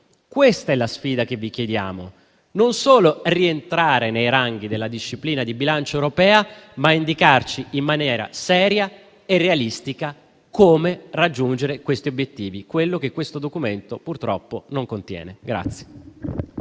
Questa è la sfida che vi chiediamo; non solo rientrare nei ranghi della disciplina di bilancio europea, ma indicarci in maniera seria e realistica come raggiungere questi obiettivi. Quello che questo documento purtroppo non contiene.